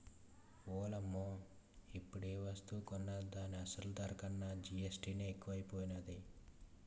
ఓలమ్మో ఇప్పుడేవస్తువు కొన్నా దాని అసలు ధర కన్నా జీఎస్టీ నే ఎక్కువైపోనాది